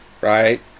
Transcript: right